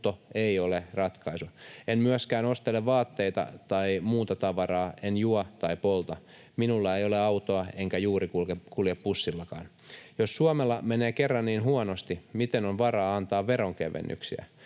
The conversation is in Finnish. ei ole ratkaisu. En myöskään ostele vaatteita tai muuta tavaraa, en juo tai polta. Minulla ei ole autoa, enkä juuri kulje bussillakaan. Jos Suomella menee kerran niin huonosti, miten on varaa antaa veronkevennyksiä?